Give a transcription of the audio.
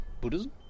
buddhism